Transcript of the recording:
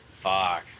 Fuck